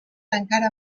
encara